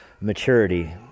maturity